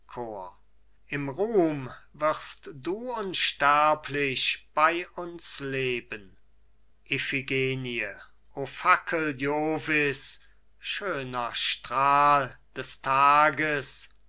im ruhm wirst du unsterblich mit uns leben iphigenie o fackel jovis schöner strahl des tages